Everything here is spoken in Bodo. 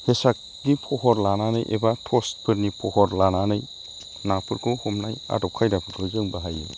हेसाखनि फहर लानानै एबा टर्सफोरनि फहर लानानै नाफोरखौ हमनाय आदब खायदाफोरखौ जों बाहायो